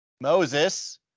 Moses